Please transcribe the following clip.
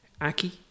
Aki